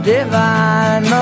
Divine